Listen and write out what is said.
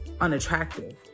unattractive